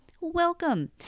welcome